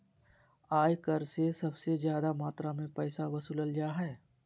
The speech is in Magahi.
आय कर से सबसे ज्यादा मात्रा में पैसा वसूलल जा हइ